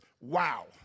Wow